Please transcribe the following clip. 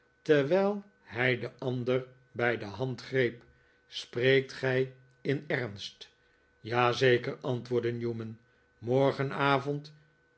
terwijl hij den ander bij de hand greep spreekt gij in ernst ja zeker antwoordde newman